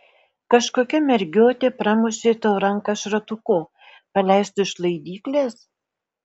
kažkokia mergiotė pramušė tau ranką šratuku paleistu iš laidyklės